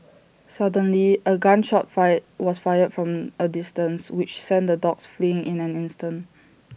suddenly A gun shot fire was fired from A distance which sent the dogs fleeing in an instant